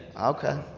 Okay